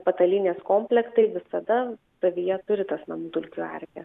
patalynės komplektai visada savyje turi tas namų dulkių erkes